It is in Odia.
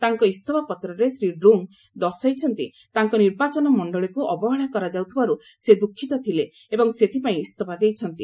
ତାଙ୍କ ଇସ୍ତଫାପତ୍ରରେ ଶ୍ରୀ ଡ୍ରଙ୍ଗ୍ ଦର୍ଶାଇଛନ୍ତି ତାଙ୍କ ନିର୍ବାଚନ ମଣ୍ଡଳୀକ୍ର ଅବହେଳା କରାଯାଉଥିବାର୍ ସେ ଦ୍ରଃଖିତ ଥିଲେ ଏବଂ ସେଥିପାଇଁ ଇସଫା ଦେଇଛନ୍ତି